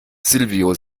silvio